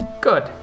Good